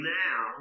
now